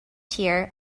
tier